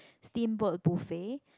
steamboat buffet